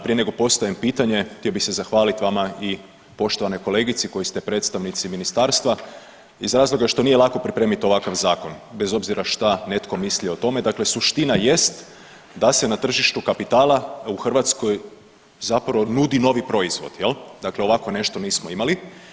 Prije nego postavim pitanje htio bih se zahvaliti vama i poštovanoj kolegici koji ste predstavnici ministarstva iz razloga što nije lako pripremiti ovakav zakon, bez obzira šte netko misli o tome, dakle suština jest da se na tržištu kapitala u Hrvatskoj zapravo nudi novi proizvod, dakle ovako nešto nismo imali.